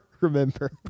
remember